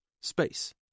space